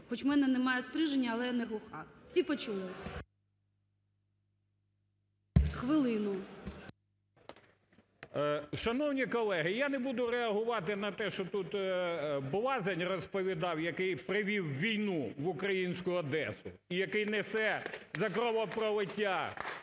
хоч у мене немає стриженя, але я не глуха. Всі почули? Хвилину. 18:44:06 МОСІЙЧУК І.В. Шановні колеги! Я не буду реагувати на те, що тут блазень розповідав, який привів війну в українську Одесу, в який несе за кровопролиття